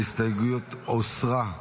ההסתייגות הוסרה,